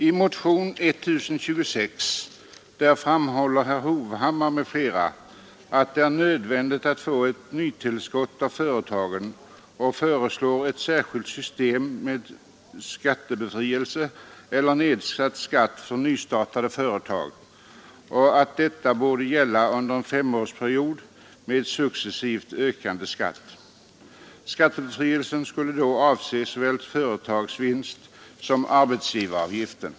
I motionen 1026 framhåller herr Hovhammar m.fl. att det är nödvändigt att få ett nytillskott för företagen och föreslår ett särskilt system med skattebefrielse eller nedsatt skatt för nystartade företag som borde gälla under en femårsperiod med successivt ökande skatt. Skattebefrielsen skulle då avse såväl företagsvinst som arbetsgivaravgiften.